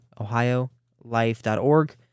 ohiolife.org